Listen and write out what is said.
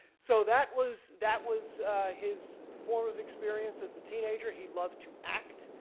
so that was that was his form of experience as a teenager he loved to act.